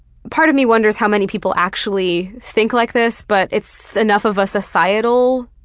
part of me wonders how many people actually think like this, but it's enough of a societal